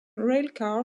railcar